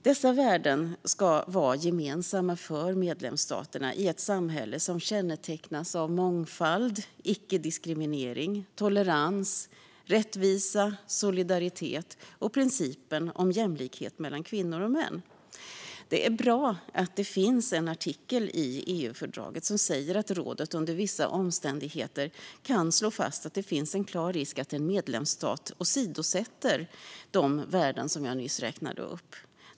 Dessa värden ska vara gemensamma för medlemsstaterna i ett samhälle som kännetecknas av mångfald, icke-diskriminering, tolerans, rättvisa, solidaritet och principen om jämlikhet mellan kvinnor och män. Det är bra att det finns en artikel i EU-fördraget som säger att rådet under vissa omständigheter kan slå fast att det finns en klar risk för att en medlemsstat åsidosätter de värden som jag nyss räknade upp.